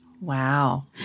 Wow